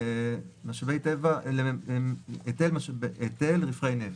להיטל רווחי נפט.